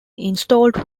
installed